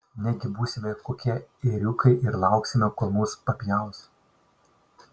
negi būsime kokie ėriukai ir lauksime kol mus papjaus